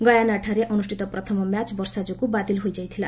ଗୟାନାଠାରେ ଅନୁଷ୍ଠିତ ପ୍ରଥମ ମ୍ୟାଚ ବର୍ଷା ଯୋଗୁଁ ବାତିଲ ହୋଇଯାଇଥିଲା